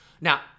Now